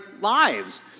lives